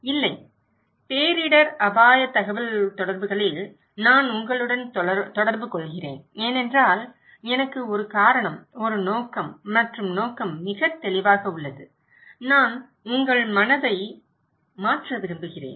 இல்லை பேரிடர் அபாய தகவல்தொடர்புகளில் நான் உங்களுடன் தொடர்புகொள்கிறேன் ஏனென்றால் எனக்கு ஒரு காரணம் ஒரு நோக்கம் மற்றும் நோக்கம் மிகவும் தெளிவாக உள்ளது நான் உங்கள் மனதை மாற்ற விரும்புகிறேன்